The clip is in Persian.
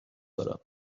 دارم